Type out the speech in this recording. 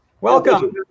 Welcome